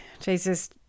Jesus